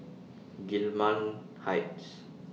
Gillman Heights